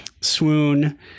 swoon